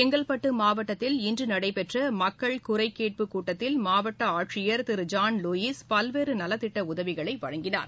செங்கல்பட்டு மாவட்டத்தில் இன்று நடைபெற்ற மக்கள் குறை கேட்புகூட்டத்தில் மாவட்ட ஆட்சியர் திரு ஜான் லூயிஸ் பல்வேறு நலத்திட்ட உதவிகளை வழங்கினார்